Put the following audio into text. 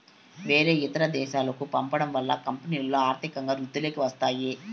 వేరే ఇతర దేశాలకు పంపడం వల్ల కంపెనీలో ఆర్థికంగా వృద్ధిలోకి వస్తాయి